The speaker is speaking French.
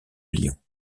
lyon